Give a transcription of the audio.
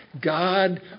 God